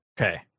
Okay